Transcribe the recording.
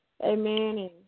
Amen